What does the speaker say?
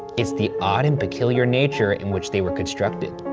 it's the odd and peculiar nature in which they were constructed.